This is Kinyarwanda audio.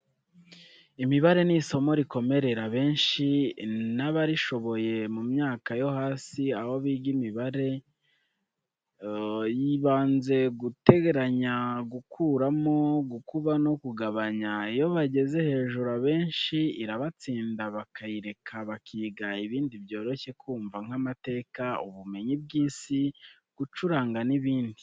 Imibare ni isomo rikomerera benshi, n'abarishoboye mu myaka yo hasi aho biga imibare y'ibanze, guteranya, gukuramo, gukuba no kugabanya, iyo bageze hejuru abenshi irabatsinda bakayireka bakiga ibindi byoroshye kumva nk'amateka, ubumenyi bw' isi, gucuranga n'ibindi.